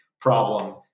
problem